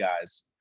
guys